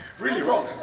really wrong.